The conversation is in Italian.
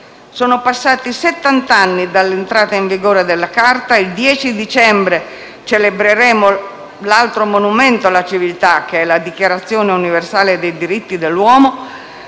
Sono passati settant'anni dall'entrata in vigore della Carta e il 10 dicembre celebreremo l'altro monumento alla civiltà che è la Dichiarazione universale dei diritti dell'uomo,